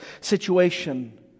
situation